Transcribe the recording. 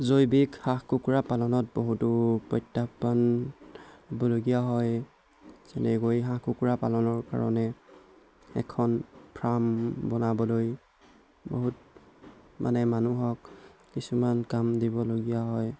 জৈৱিক হাঁহ কুকুৰা পালনত বহুতো প্ৰত্যাহ্বান হ'বলগীয়া হয় যেনেকৈ হাঁহ কুকুৰা পালনৰ কাৰণে এখন ফ্ৰাম বনাবলৈ বহুত মানে মানুহক কিছুমান কাম দিবলগীয়া হয়